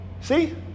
See